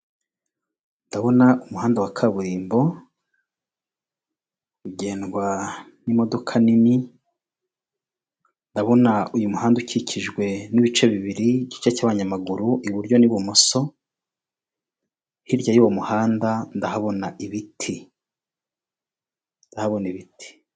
Imodoka ifite ibara ry'umweru yo mu bwoko bwa Hyundai iparitse hamwe nandi mamodoka menshi ifite icyapa cya ndistseho kigali Carizi maketi iparitse imbere yinzu ifite irangi ry'umuhondo n'amadirishya y'umukara na konteneli y'umutuku .